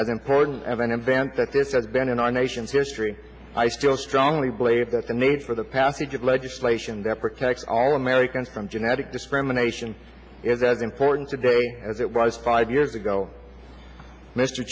as important of an event that this has been in our nation's history i still strongly believe that the need for the passage of legislation that protects all americans from genetic discrimination is as important today as it was five years ago mr